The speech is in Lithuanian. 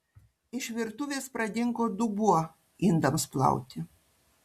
iš virtuvės pradingo dubuo indams plauti